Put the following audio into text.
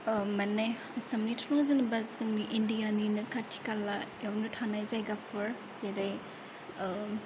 माने आसामनिथ' नङा जेनेबा जोंनि इण्डियानिनो खाथि खालायावनो थानाय जायगाफोर जेरै